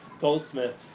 Goldsmith